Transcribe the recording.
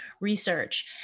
research